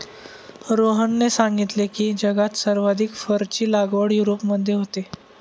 रोहनने सांगितले की, जगात सर्वाधिक फरची लागवड युरोपमध्ये होते